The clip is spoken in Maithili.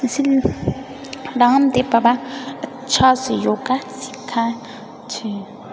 इसीलिए रामदेव बाबा अच्छासँ योगा सिखाबए छै